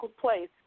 place